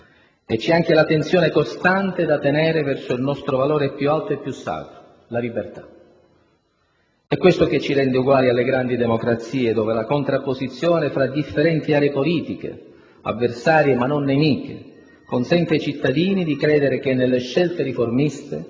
E c'è anche la tensione costante da tenere verso il nostro valore più alto e più sacro: la libertà. È questo che ci rende uguali alle grandi democrazie, dove la contrapposizione fra differenti aree politiche, avversarie ma non nemiche, consente ai cittadini di credere che nelle scelte riformiste,